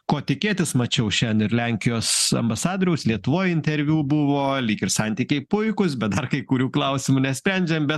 ko tikėtis mačiau šiandien ir lenkijos ambasadoriaus lietuvoj interviu buvo lyg ir santykiai puikūs bet dar kai kurių klausimų nesprendžiam bet